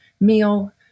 meal